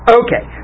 okay